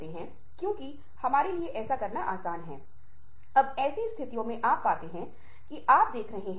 वह केवल 2 किराया प्राप्त करने में सक्षम होता है वह अपने स्थान पर वापस आता है है जहां अन्य कैब चालक आराम कर रहे हैं